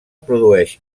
produeix